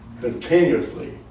continuously